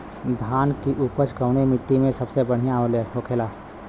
धान की उपज कवने मिट्टी में सबसे बढ़ियां होखेला?